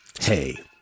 hey